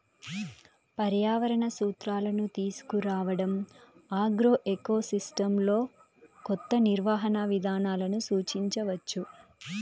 పర్యావరణ సూత్రాలను తీసుకురావడంఆగ్రోఎకోసిస్టమ్లోకొత్త నిర్వహణ విధానాలను సూచించవచ్చు